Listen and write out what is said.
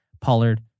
Pollard